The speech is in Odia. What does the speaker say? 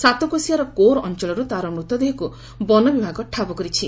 ସାତକୋଶିଆର କୋର୍ ଅଞ୍ଞଳରୁ ତାର ମୃତଦେହକୁ ବନ ବିଭାଗ ଠାବ କରିଛି